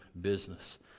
business